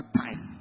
time